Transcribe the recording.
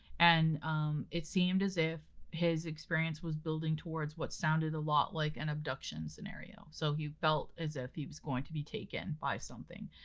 and it seemed as if his experience was building towards what sounded a lot like an abduction scenario. so he felt as if he was going to be taken by something.